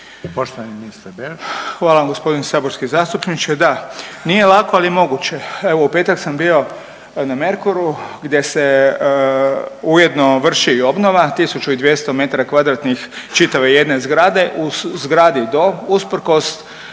**Beroš, Vili (HDZ)** Hvala vam gospodine saborski zastupniče. Da, nije lako ali je moguće. Evo u petak sam bio na Merkuru gdje se ujedno vrši i obnova 1200 m2 čitave jedne zgrade u zgradi do usprkos